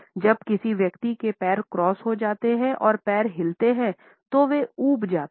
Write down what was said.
जब किसी व्यक्ति के पैर क्रॉस हो जाते हैं और पैर हिलते हैं तो वे ऊब जाते हैं